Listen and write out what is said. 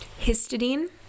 histidine